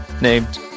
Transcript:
named